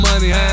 money